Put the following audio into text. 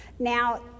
Now